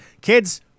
Kids